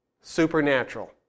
supernatural